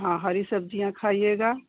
हाँ हरी सब्जियाँ खाइएगा